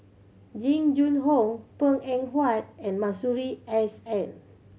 Jing Jun Hong Png Eng Huat and Masuri S N